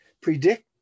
predict